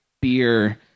beer